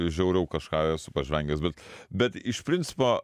žiauriau kažką esu pažvengęs bet bet iš principo